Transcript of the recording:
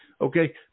Okay